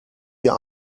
wir